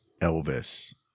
elvis